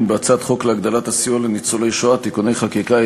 בהצעת חוק להגדלת הסיוע לניצולי שואה (תיקוני חקיקה),